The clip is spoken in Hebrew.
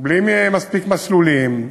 בלי מספיק מסלולים,